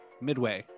Midway